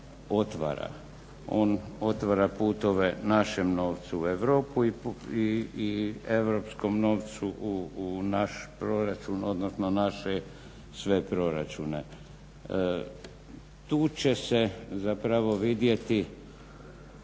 otvara putove našem novcu u Europu i europskom novcu u naš proračun, odnosno naše sve proračune. Tu će se zapravo vidjeti